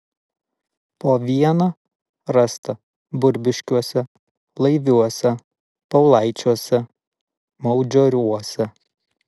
po vieną rasta burbiškiuose laiviuose paulaičiuose maudžioruose